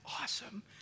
awesome